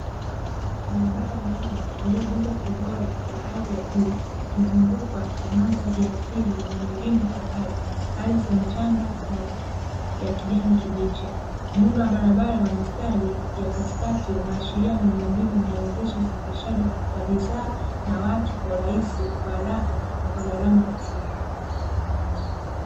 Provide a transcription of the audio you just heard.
Barabara ya lami iliyojengwa kwa ubora wa hali ya juu, ikizungukwa na mandhari ya asili yenye milima kwa mbali, ardhi ya mchanga na ya kijani kibichi. Muundo wa barabara wa mistari ya katikati, unaashiria miundombinu inayowezesha usafirishaji wa bidhaa na watu kwa urahisi, haraka na kwa gharama nafuu.